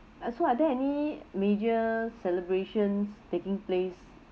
ah so are there any major celebrations taking place